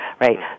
right